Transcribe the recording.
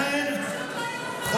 לא, זה לא יאומן, ההיתממות.